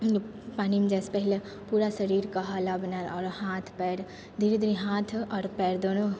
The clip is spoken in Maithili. पानिमे जाइसँ पहले पूरा शरीरके हौला बना आओर हाथ पाएर धीरे धीरे हाथ आओर पाएर दुनू